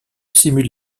simule